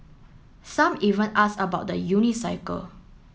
some even ask about the unicycle